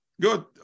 Good